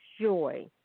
joy